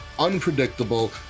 unpredictable